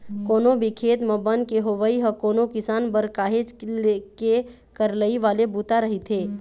कोनो भी खेत म बन के होवई ह कोनो किसान बर काहेच के करलई वाले बूता रहिथे